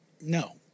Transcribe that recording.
no